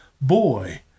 Boy